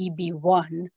EB1